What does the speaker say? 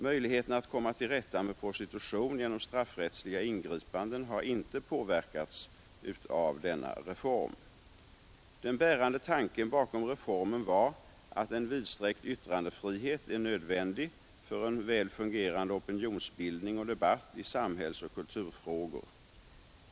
Möjligheterna att komma till rätta med prostitution genom straffrättsliga ingripanden har inte påverkats av denna reform, Den bärande tanken bakom reformen var att en vidsträckt yttrandefrihet är nödvändig för en väl fungerande opinionsbildning och debatt i samhällsoch kulturfrågor.